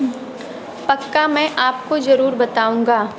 पक्का मैं आपको जरूर बताउँगा